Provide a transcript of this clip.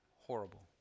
horrible